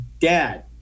dad